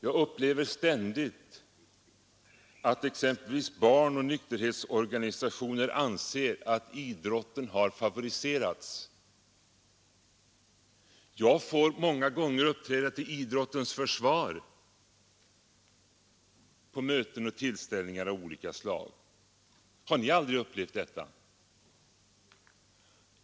Jag upplever ständigt att exempelvis barnoch nykterhetsorganisationer anser att idrotten har favoriserats. Jag får många gånger uppträda till idrottens försvar på möten och tillställningar av olika slag. Har ni aldrig upplevt detta?